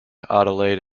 adelaide